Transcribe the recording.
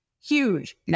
Huge